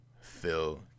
Phil